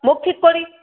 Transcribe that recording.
মোক ঠিক কৰি